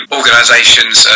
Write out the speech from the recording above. organisations